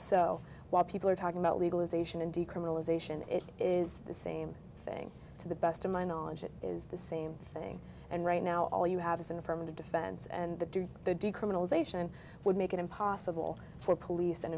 so while people are talking about legalization and decriminalization it is the same thing to the best of my knowledge it is the same thing and right now all you have is an affirmative defense and the do decriminalization would make it impossible for police